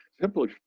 simply